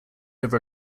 over